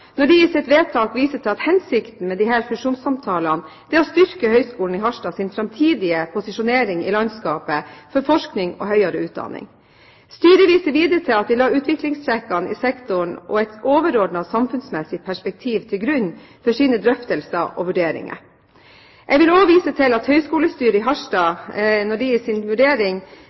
når de i sitt vedtak viser til at hensikten med disse fusjonssamtalene er å styrke Høgskolen i Harstads framtidige posisjonering i landskapet for forskning og høyere utdanning. Styret viser videre til at de la utviklingstrekkene i sektoren og et overordnet samfunnsmessig perspektiv til grunn for sine drøftelser og vurderinger. Jeg vil også vise til at høyskolestyret i Harstad i sin vurdering